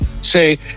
say